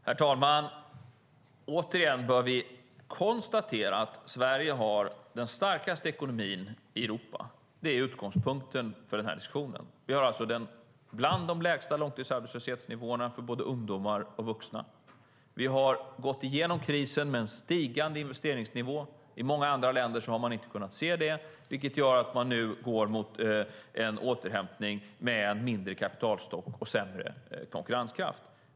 Herr talman! Återigen bör vi konstatera att Sverige har den starkaste ekonomin i Europa. Det är utgångspunkten för den här diskussionen. Vi har bland de lägsta långtidsarbetslöshetsnivåerna för både ungdomar och vuxna. Vi har gått igenom krisen med en stigande investeringsnivå. I många andra länder har man inte kunnat se det, vilket gör att man nu går mot en återhämtning med en mindre kapitalstock och sämre konkurrenskraft.